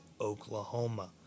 Oklahoma